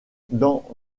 dans